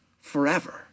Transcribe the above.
forever